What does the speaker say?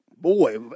Boy